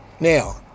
Now